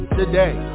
today